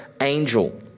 angel